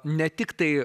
ne tiktai